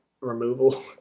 removal